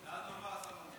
בשעה טובה.